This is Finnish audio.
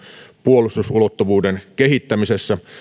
puolustusulottuvuuden kehittämisessä